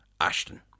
Ashton